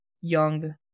young